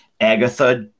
Agatha